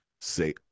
say